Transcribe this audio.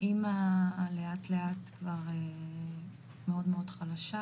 אימא לאט לאט כבר מאוד חלשה,